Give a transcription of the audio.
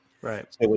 Right